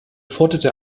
forderte